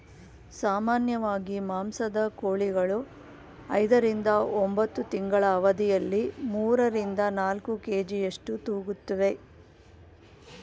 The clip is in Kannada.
ಸಾಮಾನ್ಯವಾಗಿ ಮಾಂಸದ ಕೋಳಿಗಳು ಐದರಿಂದ ಒಂಬತ್ತು ತಿಂಗಳ ಅವಧಿಯಲ್ಲಿ ಮೂರರಿಂದ ನಾಲ್ಕು ಕೆ.ಜಿಯಷ್ಟು ತೂಗುತ್ತುವೆ